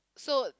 so